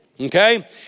okay